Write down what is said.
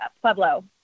Pueblo